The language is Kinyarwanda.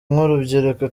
nk’urubyiruko